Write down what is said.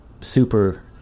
super